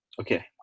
okay